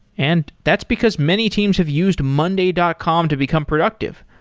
and that's because many teams have used monday dot com to become productive.